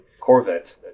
Corvette